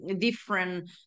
different